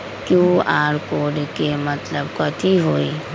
QR code के मतलब कथी होई?